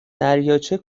دریاچه